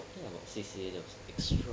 I think our C_C_A that was extra